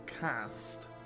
cast